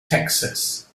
texas